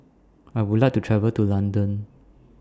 I Would like to travel to London